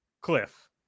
Cliff